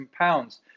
pounds